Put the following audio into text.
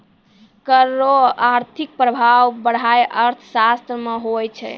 कर रो आर्थिक प्रभाब पढ़ाय अर्थशास्त्र मे हुवै छै